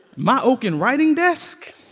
my oaken writing desk,